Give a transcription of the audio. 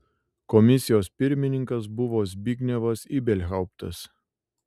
komisijos pirmininkas buvo zbignevas ibelhauptas